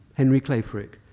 henry clay frick,